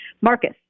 Marcus